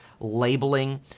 labeling